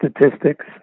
statistics